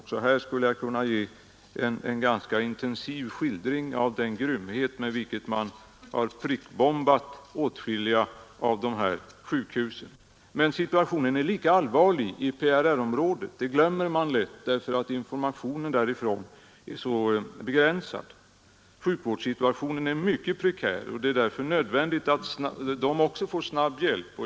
Också här skulle jag kunna ge en ganska intensiv skildring av den grymhet, med vilken man har prickbombat åtskilliga av sjukhusen. Men situationen är lika allvarlig i PRR-området. Det glömmer vi lätt därför att informationen därifrån är så begränsad. Sjukvårdssituationen är mycket prekär, och det är därför nödvändigt att man också i PRR-området får snabb hjälp.